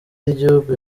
y’igihugu